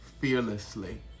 fearlessly